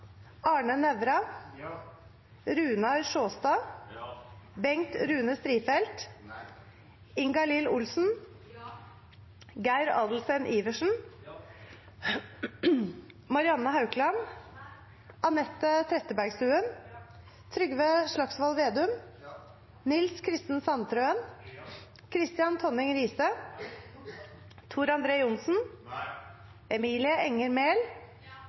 Arne Nævra, Runar Sjåstad, Ingalill Olsen, Geir Adelsten Iversen, Anette Trettebergstuen, Trygve Slagsvold Vedum, Nils Kristen Sandtrøen,